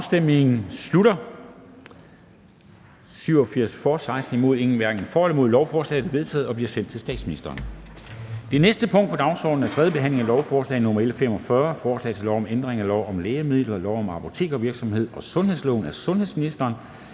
ALT), imod stemte 16 (RV og KF), hverken for eller imod stemte 0. Lovforslaget er vedtaget og bliver sendt til statsministeren. --- Det næste punkt på dagsordenen er: 10) 3. behandling af lovforslag nr. L 45: Forslag til lov om ændring af lov om lægemidler, lov om apoteksvirksomhed og sundhedsloven. (Tilpasninger